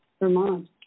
Vermont